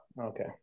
Okay